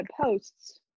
posts